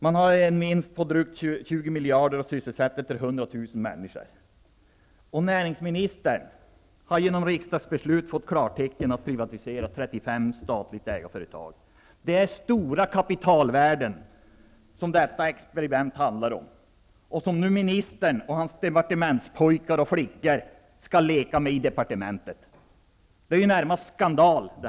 De har en vinst på 20 miljarder och sysselsätter 100 000 människor. Näringsministern har genom riksdagsbeslut fått klartecken att privatisera 35 statligt ägda företag. Det är stora kapitalvärden som detta experiment handlar om, som nu ministern och hans departementspojkar och - flickor skall leka med. Det är närmast en skandal.